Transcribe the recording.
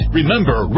Remember